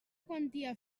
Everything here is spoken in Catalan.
quantia